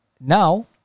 Now